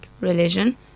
religion